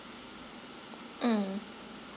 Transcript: mm